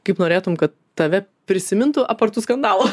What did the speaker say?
kaip norėtum kad tave prisimintų apart tų skandalų